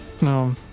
No